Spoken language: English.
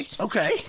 okay